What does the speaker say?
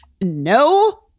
no